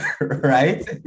right